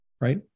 right